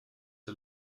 der